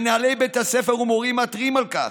מנהלי בתי ספר ומורים מתריעים על כך.